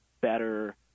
better